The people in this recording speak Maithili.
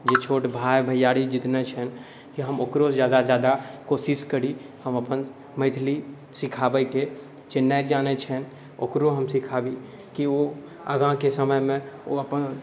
जे छोट भाइ भैआरी जितना छनि कि हम ओकरो ज्यादासँ ज्यादा कोशिश करि हम अपन मैथिली सिखाबैके जे नहि जानै छनि ओकरो हम सिखाबी कि ओ आगाँके समयमे ओ अपन